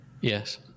Yes